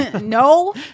No